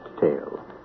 tale